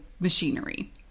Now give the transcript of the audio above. Machinery